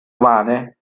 umane